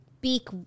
Beak